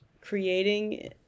creating